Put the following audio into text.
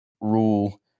rule